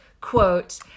quote